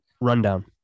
rundown